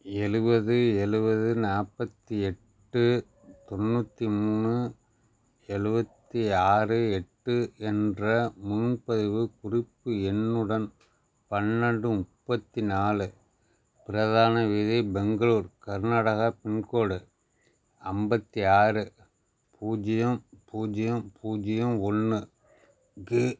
எழுவது எழுவது நாற்பத்தி எட்டு தொண்ணூற்றி மூணு எழுவத்தி ஆறு எட்டு என்ற முன்பதிவு குறிப்பு எண்ணுடன் பன்னெண்டு முப்பத்தி நாலு பிரதான வீதி பெங்களூர் கர்நாடகா பின்கோடு ஐம்பத்தி ஆறு பூஜ்ஜியம் பூஜ்ஜியம் பூஜ்ஜியம் ஒன்று க்கு